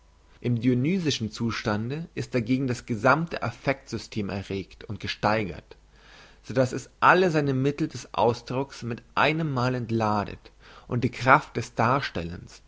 im dionysischen zustande ist dagegen das gesammte affekt system erregt und gesteigert so dass es alle seine mittel des ausdrucks mit einem male entladet und die kraft des darstellens